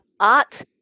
art